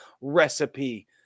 recipe